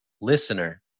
listener